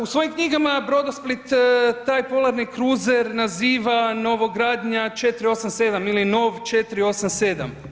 U svojim knjigama Brodosplit taj polarni kruzer naziva novogradnja 487 ili nov 487.